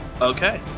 Okay